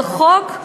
על החוק?